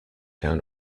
down